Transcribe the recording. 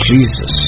Jesus